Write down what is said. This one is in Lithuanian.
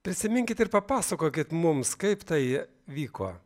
prisiminkit ir papasakokit mums kaip tai vyko